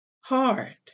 hard